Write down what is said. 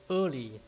early